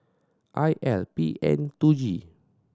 I L P N two G